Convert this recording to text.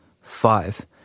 Five